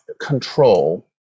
control